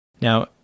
Now